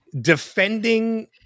Defending